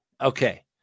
Okay